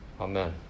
Amen